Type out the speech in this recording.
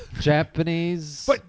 Japanese